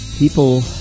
People